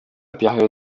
période